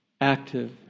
active